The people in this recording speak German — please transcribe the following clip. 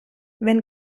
wenn